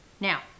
Now